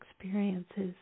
experiences